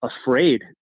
afraid